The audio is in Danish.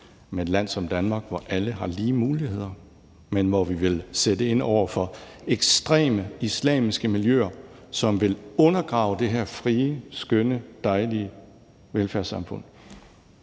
i et land som Danmark, hvor alle har lige muligheder, men hvor vi vil sætte ind over for ekstreme islamiske miljøer, som vil undergrave det her frie, skønne, dejlige velfærdssamfund?